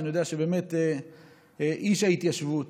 שאני יודע שבאמת אתה איש ההתיישבות,